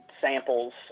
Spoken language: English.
samples